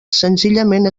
senzillament